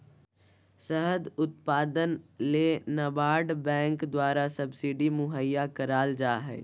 शहद उत्पादन ले नाबार्ड बैंक द्वारा सब्सिडी मुहैया कराल जा हय